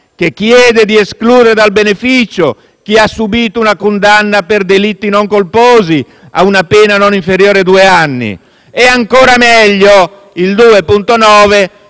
si chiede di escludere dal beneficio chi ha subìto una condanna per delitti non colposi a una pena non inferiore a due anni, e ancora meglio il 2.9,